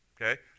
okay